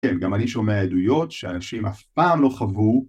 כן, גם אני שומע עדויות שאנשים אף פעם לא חוו